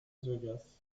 vegas